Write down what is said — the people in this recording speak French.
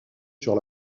sur